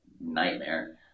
nightmare